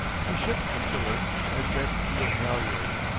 he shipped the tiller and bent to the halyards.